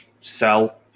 sell